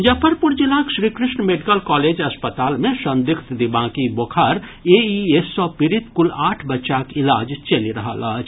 मुजफ्फरपुर जिलाक Shrikrishna medical college अस्पताल मे संदिग्ध दिमागी बोखार एईएस सॅ पीड़ित कुल आठ बच्चाक इलाज चलि रहल अछि